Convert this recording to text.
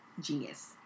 genius